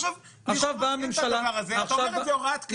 עכשיו לוקחים את הדבר הזה והופכים אותו להוראת קבע.